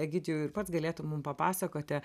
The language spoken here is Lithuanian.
egidijau ir pats galėtum mum papasakoti